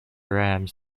rams